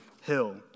hill